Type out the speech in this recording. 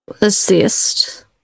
Assist